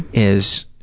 is,